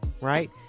Right